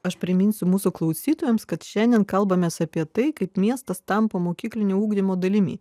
aš priminsiu mūsų klausytojams kad šiandien kalbamės apie tai kaip miestas tampa mokyklinio ugdymo dalimi